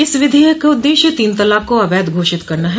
इस विधेयक का उद्देश्य तीन तलाक को अवैध घोषित करना है